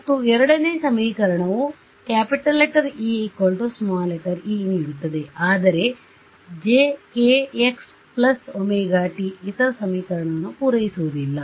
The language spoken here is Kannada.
ಮತ್ತು ಎರಡನೇ ಸಮೀಕರಣವು E e ನೀಡುತ್ತದೆ ಆದರೆ jkxωt ಇತರ ಸಮೀಕರಣವನ್ನು ಪೂರೈಸುವುದಿಲ್ಲ